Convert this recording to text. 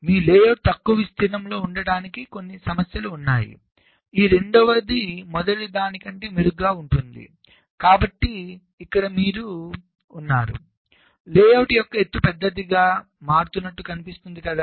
మీ layout తక్కువ విస్తీర్ణంలో ఉండటానికి కొన్నిసమస్యలు ఉన్నాయి ఈ రెండవది మొదటిదాని కంటే మెరుగ్గా ఉంది కాబట్టే ఇక్కడ మీరు ఇక్కడ ఉన్నారు లేఅవుట్ యొక్క ఎత్తు పెద్దదిగా మారుతున్నట్టు కనిపిస్తుంది కదా